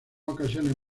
ocasiones